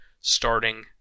starting